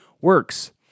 works